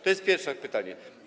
To jest pierwsze pytanie.